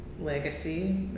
legacy